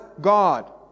God